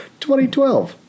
2012